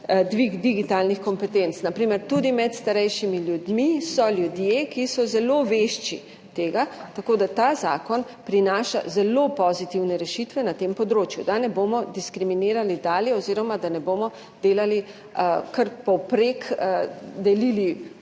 dvig digitalnih kompetenc. Na primer tudi med starejšimi ljudmi so ljudje, ki so zelo vešči tega, tako da ta zakon prinaša zelo pozitivne rešitve na tem področju, da ne bomo diskriminirali dalje oziroma da ne bomo delali kar povprek, delili